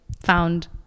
found